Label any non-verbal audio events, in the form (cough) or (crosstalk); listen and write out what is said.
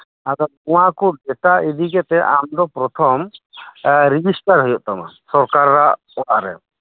ᱟᱫᱚ ᱱᱚᱣᱟᱠᱩ ᱰᱮᱴᱟ ᱤᱫᱤᱠᱟᱛᱮᱫ ᱟᱢᱫᱚ ᱯᱨᱚᱛᱷᱚᱢ ᱨᱮᱡᱤᱥᱴᱟᱨ ᱦᱩᱭᱩᱜ ᱛᱟᱢᱟ ᱥᱚᱨᱠᱟᱨᱟᱜ ᱯᱚᱦᱟᱨᱮ (unintelligible)